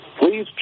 please